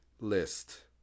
list